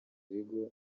ibigo